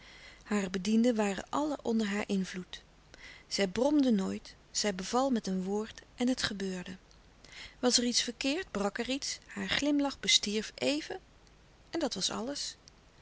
hare bedienden waren allen onder haar invloed zij bromde nooit zij beval met een woord en het gebeurde was er iets verkeerd brak er iets haar glimlach bestierf even en dat was alles